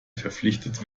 verpflichtet